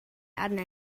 arna